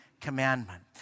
commandment